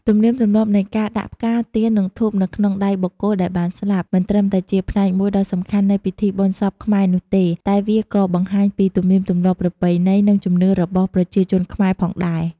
ទំនៀមទម្លាប់នៃការដាក់ផ្កា ទៀន និងធូបនៅក្នុងដៃបុគ្គលដែលបានស្លាប់ មិនត្រឹមតែជាផ្នែកមួយដ៏សំខាន់នៃពិធីបុណ្យសពខ្មែរនោះទេ តែវាក៏បានបង្ហាញពីទំនៀមទម្លាប់ប្រពៃណី និងជំនឿរបស់ប្រជាជនខ្មែរផងដែរ ។